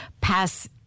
pass